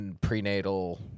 prenatal